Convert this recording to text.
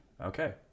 Okay